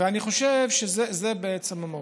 אני חושב שזאת בעצם המהות.